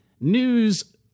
News